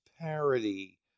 parody